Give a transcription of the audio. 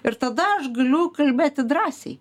ir tada aš galiu kalbėti drąsiai